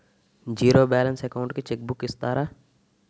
Zero balance account కి cheque book ఇస్తారా?